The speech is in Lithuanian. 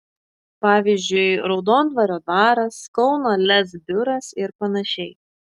pavyzdžiui raudondvario dvaras kauno lez biuras ir panašiai